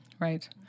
Right